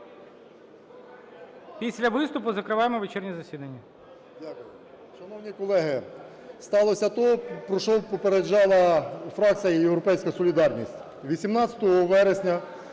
Після виступу закриваємо вечірнє засідання.